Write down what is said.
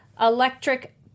electric